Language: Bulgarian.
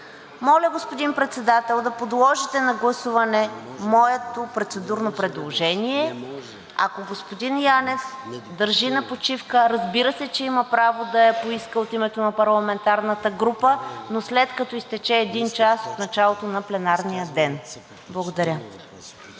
Моля, господин Председател, да подложите на гласуване моето процедурно предложение. (Реплика: „Не може!“) Ако господин Янев държи на почивка, разбира се, че има право да я поиска от името на парламентарната група, но след като изтече един час от началото на пленарния ден. Благодаря